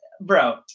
bro